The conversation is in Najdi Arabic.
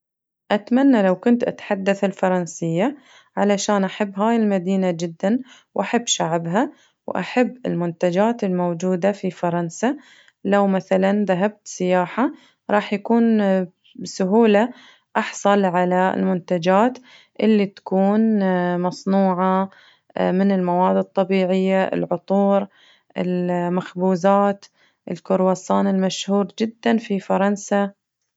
أتمنى لو كنت أتحدث الفرنسية علشان أحب هاي المدينة جداً وأحب شعبها وأحب المنتجات الموجودة في فرنسا، لو مثلاً ذهبت سياحة راح يكون بسهولة أحصل على المنتجات اللي تكون مصنوعة من المواد الطبيعية العطور المخبوزات الكرواسون المشهور جداً في فرنسا.